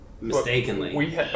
mistakenly